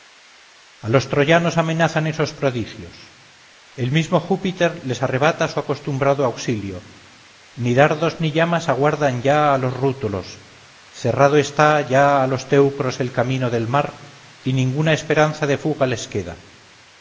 a los troyanos amenazan esos prodigios el mismo júpiter les arrebata su acostumbrado auxilio ni dardos ni llamas aguardan ya a los rútulos cerrado está ya a los teucros el camino del mar y ninguna esperanza de fuga les queda